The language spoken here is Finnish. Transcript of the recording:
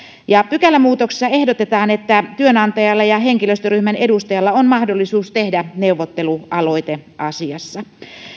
pykälämuutoksissa ehdotetaan että työnantajalla ja henkilöstöryhmän edustajalla on mahdollisuus tehdä neuvottelualoite asiassa